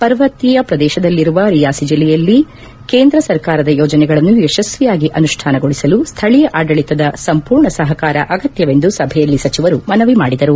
ಪರ್ವತೀಯ ಪ್ರದೇಶದಲ್ಲಿ ಇರುವ ರಿಯಾಸಿ ಜಿಲ್ಲೆಯಲ್ಲಿ ಕೇಂದ್ರ ಸರ್ಕಾರದ ಯೋಜನೆಗಳನ್ನು ಯಶಸ್ವಿಯಾಗಿ ಅನುಷ್ಠಾನಗೊಳಿಸಲು ಸ್ವಳೀಯ ಆಡಳಿತದ ಸಂಪೂರ್ಣ ಸಹಕಾರ ಅಗತ್ನವೆಂದು ಸಭೆಯಲ್ಲಿ ಸಚಿವರು ಮನವಿ ಮಾಡಿದರು